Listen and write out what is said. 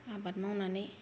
आबाद मावनानै